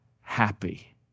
happy